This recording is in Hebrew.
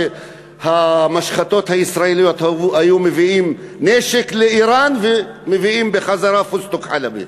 כשהמשחתות הישראליות היו מביאות נשק לאיראן ומביאות בחזרה פיסטוק חלבי.